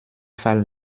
fall